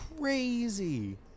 crazy